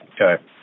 okay